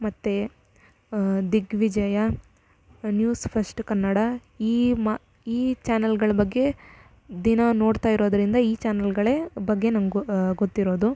ಮತ್ತು Digvijaya news first Kannada ಈ ಮಾ ಈ ಚಾನಲ್ಗಳ್ ಬಗ್ಗೆ ದಿನಾ ನೋಡ್ತಾಯಿರೋದರಿಂದ ಈ ಚಾನಲ್ಗಳ ಬಗ್ಗೆ ನಮ್ಗೆ ಗೊತ್ತಿರೋದು